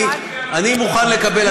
אני מוכן לקבל,